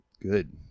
Good